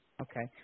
Okay